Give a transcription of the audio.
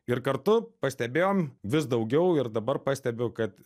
ir kartu pastebėjom vis daugiau ir dabar pastebiu kad